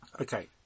Okay